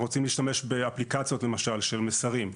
רוצים להשתמש באפליקציות למשל של מסרים,